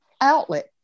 outlet